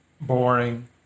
boring